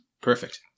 Perfect